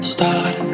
Start